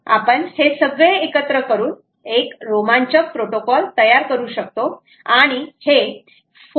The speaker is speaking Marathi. आपण हे सगळे एकत्र करून एक रोमांचक प्रोटोकॉल तयार करू शकतो आणि हे 4